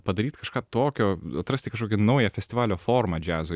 padaryt kažką tokio atrasti kažkokią naują festivalio formą džiazo